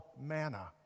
manna